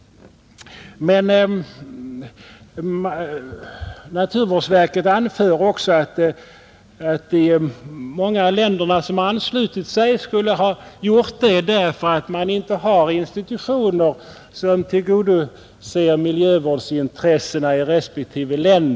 Naturvårdsverket anför också att många av de länder som anslutit sig skulle ha gjort det därför att de inte har egna institutioner som tillgodoser miljövårdsintressena.